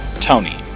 Tony